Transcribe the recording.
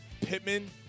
Pittman